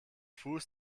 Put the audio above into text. fuß